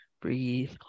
breathe